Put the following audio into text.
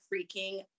freaking